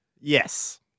Yes